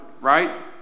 right